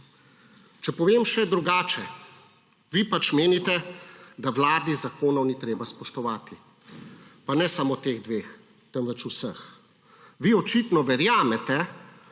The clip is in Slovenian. Če povem še drugače, vi pač menite, da Vladi zakonov ni treba spoštovati, pa ne samo teh dveh, temveč vseh. Vi očitno verjamete,